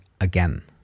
Again